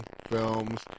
films